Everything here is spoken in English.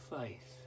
faith